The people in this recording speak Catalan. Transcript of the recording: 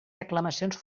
reclamacions